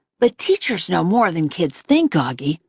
but teachers know more than kids think, auggie.